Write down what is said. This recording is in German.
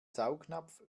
saugnapf